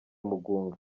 mugunga